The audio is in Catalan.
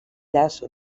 llaç